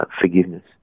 forgiveness